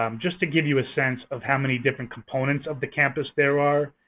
um just to give you a sense of how many different components of the campus there are,